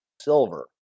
Silver